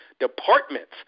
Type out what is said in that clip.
departments